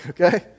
okay